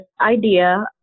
idea